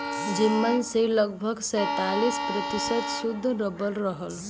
जेमन से लगभग सैंतालीस प्रतिशत सुद्ध रबर रहल